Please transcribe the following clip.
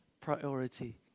priority